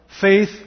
faith